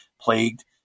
plagued